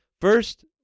first